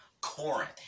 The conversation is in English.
Corinth